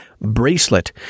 bracelet